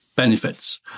benefits